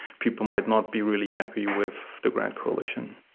people might not be really happy with the grand coalition.